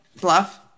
Bluff